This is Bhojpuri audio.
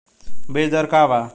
बीज दर का वा?